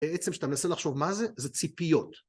בעצם כשאתה מנסה לחשוב מה זה, זה ציפיות.